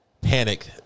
panic